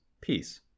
peace